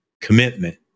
commitment